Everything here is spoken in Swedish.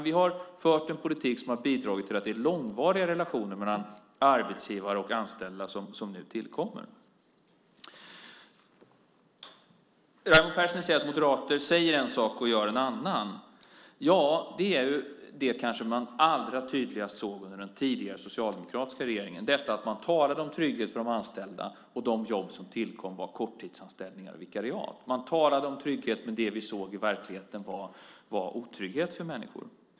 Vi har fört en politik som har bidragit till att det är långvariga relationer mellan arbetsgivare och anställda som nu tillkommer. Raimo Pärssinen säger att moderater säger en sak och gör en annan. Ja, det såg man kanske allra tydligast under den tidigare socialdemokratiska regeringen, detta att man talade om trygghet för de anställda men att de jobb som tillkom var korttidsanställningar och vikariat. Man talade om trygghet, men det vi såg i verkligheten var otrygghet för människor.